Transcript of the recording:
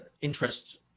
interest